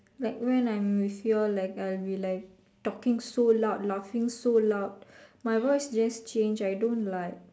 like when I'm with ya'll I'll be like talking so loud laughing so loud my voice just change I don't like